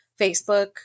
Facebook